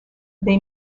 they